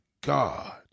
God